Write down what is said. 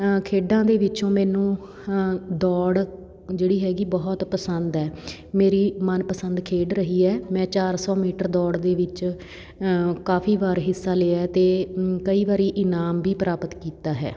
ਖੇਡਾਂ ਦੇ ਵਿੱਚੋਂ ਮੈਨੂੰ ਦੌੜ ਜਿਹੜੀ ਹੈਗੀ ਬਹੁਤ ਪਸੰਦ ਹੈ ਮੇਰੀ ਮਨਪਸੰਦ ਖੇਡ ਰਹੀ ਹੈ ਮੈਂ ਚਾਰ ਸੌ ਮੀਟਰ ਦੌੜ ਦੇ ਵਿੱਚ ਕਾਫੀ ਵਾਰ ਹਿੱਸਾ ਲਿਆ ਅਤੇ ਕਈ ਵਾਰੀ ਇਨਾਮ ਵੀ ਪ੍ਰਾਪਤ ਕੀਤਾ ਹੈ